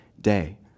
day